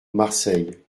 marseille